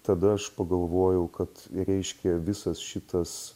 tada aš pagalvojau kad reiškia visas šitas